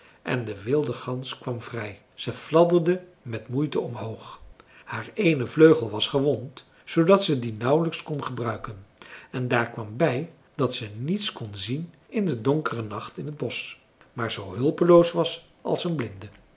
en de wilde gans kwam vrij ze fladderde met moeite omhoog haar eene vleugel was gewond zoodat ze dien nauwelijks kon gebruiken en daar kwam bij dat ze niets kon zien in den donkeren nacht in t bosch maar zoo hulpeloos was als een blinde